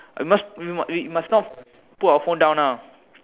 we must we we must not put our phone down now